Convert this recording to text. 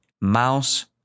mouse